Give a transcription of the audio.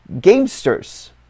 gamesters